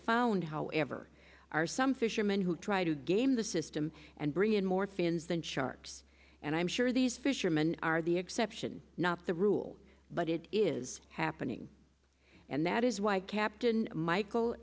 found however are some fishermen who try to game the system and bring in more fans than sharks and i'm sure these fisherman are the exception not the rule but it is happening and that is why captain michael